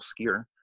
skier